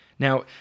Now